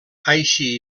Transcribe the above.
així